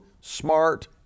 smart